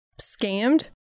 Scammed